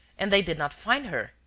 and they did not find her,